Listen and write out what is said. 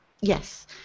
Yes